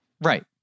Right